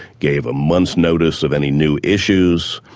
gave a month's notice of any new issues.